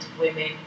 women